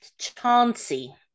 Chauncey